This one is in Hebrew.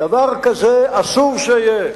דבר כזה אסור שיהיה.